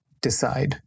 decide